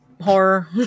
horror